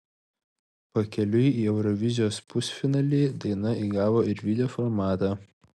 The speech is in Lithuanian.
pakeliui į eurovizijos pusfinalį daina įgavo ir video formatą